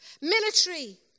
Military